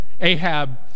ahab